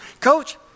Coach